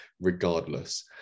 regardless